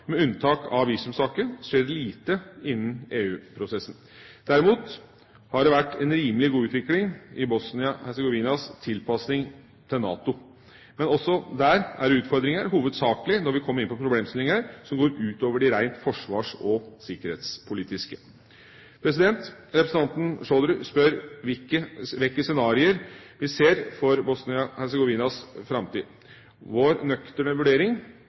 Med unntak av visumsaken skjer det lite innen EU-prosessen. Derimot har det vært en rimelig god utvikling i Bosnia-Hercegovinas tilpasning til NATO. Men også der er det utfordringer, hovedsakelig når vi kommer inn på problemstillinger som går utover de rent forsvars- og sikkerhetspolitiske. Representanten Chaudhry spør hvilke scenarioer vi ser for Bosnia-Hercegovinas framtid. Vår nøkterne vurdering